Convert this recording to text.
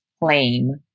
claim